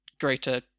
greater